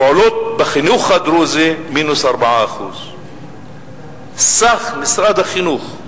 פעולות בחינוך הדרוזי, מינוס 4%; סך משרד החינוך,